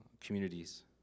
communities